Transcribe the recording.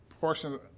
portion